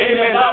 Amen